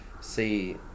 see